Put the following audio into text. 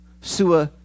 sua